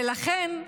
ולכן,